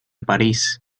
parís